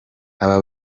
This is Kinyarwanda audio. aba